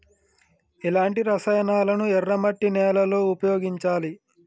ఎలాంటి రసాయనాలను ఎర్ర మట్టి నేల లో ఉపయోగించాలి?